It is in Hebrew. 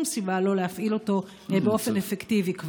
סיבה לא להפעיל אותו כבר באופן אפקטיבי.